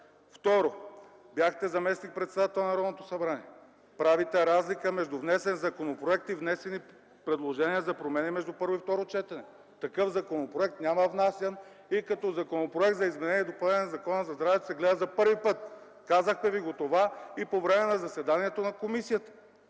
Второ, бяхте заместник-председател на Народното събрание – правите разлика между внесен законопроект и внесени предложения за промени между първо и второ четене. Такъв законопроект няма внасян и като Законопроект за изменение и допълнение на Закона за здравето се гледа за първи път – казахме Ви го това и по време на заседанието на комисията.